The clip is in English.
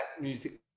music